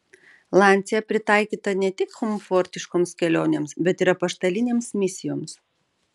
lancia pritaikyta ne tik komfortiškoms kelionėms bet ir apaštalinėms misijoms